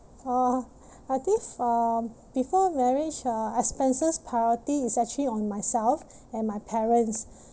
uh I think for before marriage uh expenses priority is actually on myself and my parents